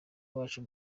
wacu